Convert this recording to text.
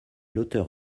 l’auteur